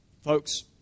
Folks